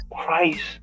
Christ